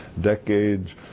decades